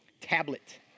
tablet